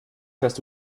fährst